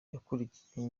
yakurikiye